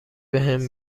بهم